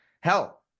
Hell